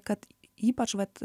kad ypač vat